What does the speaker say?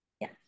Yes